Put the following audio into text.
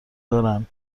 دارن